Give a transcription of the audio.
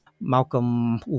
Malcolm